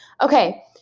Okay